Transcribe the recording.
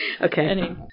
Okay